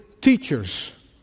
teachers